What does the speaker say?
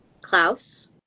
Klaus